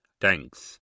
Thanks